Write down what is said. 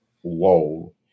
whoa